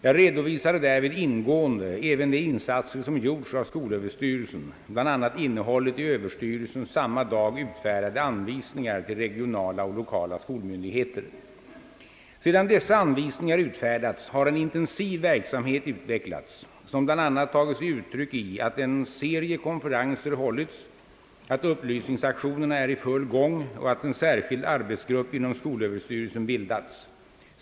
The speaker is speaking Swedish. Jag redovisade därvid ingående även de insatser som gjorts av skolöverstyrelsen, bl.a. innehållet i överstyrelsens samma dag utfärdade anvisningar till regionala och lokala skolmyndigheter. Sedan dessa anvisningar utfärdats har en intensiv verksamhet utvecklats, som bl.a. tagit sig uttryck i att en serie konferenser hållits, att upplysningsaktionerna är i full gång och att en särskild arbetsgrupp inom skolöverstyrelsen bildats.